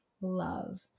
love